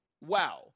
Wow